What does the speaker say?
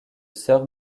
sir